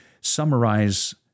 summarize